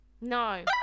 No